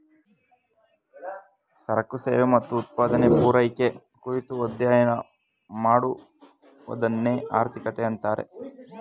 ಸರಕು ಸೇವೆ ಮತ್ತು ಉತ್ಪಾದನೆ, ಪೂರೈಕೆ ಕುರಿತು ಅಧ್ಯಯನ ಮಾಡುವದನ್ನೆ ಆರ್ಥಿಕತೆ ಅಂತಾರೆ